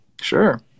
Sure